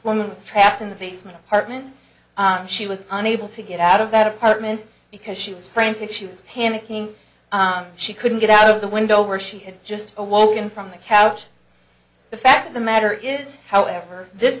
was trapped in the basement apartment she was unable to get out of that apartment because she was frantic she was panicking she couldn't get out of the window where she had just awoken from the couch the fact of the matter is however this